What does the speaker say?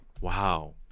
Wow